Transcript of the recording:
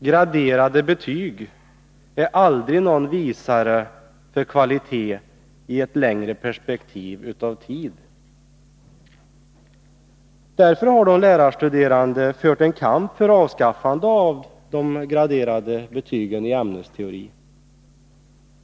Graderade betyg är aldrig någon mätare av kvalitet i ett längre perspektiv. Därför har de lärarstuderande fört en kamp för avskaffande av de graderade betygen i ämnesteori.